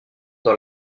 dans